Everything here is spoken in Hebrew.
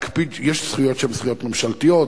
יש זכויות שהן זכויות ממשלתיות,